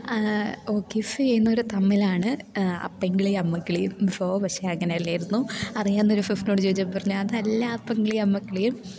ഓ kiss ചെയ്യുന്നൊരു തമ്മിലാണ് അപ്പങ്കിളി അമ്മക്കിളിയും സോ പക്ഷേ അങ്ങനെയല്ലായിരുന്നു അറിയാന്നൊരു സിസ്റ്ററിനോട് ചോദിച്ചപ്പോൾ പറഞ്ഞു അതല്ല അപ്പങ്കിളിയും അമ്മക്കിളിയും